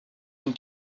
une